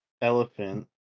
elephant